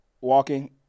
Walking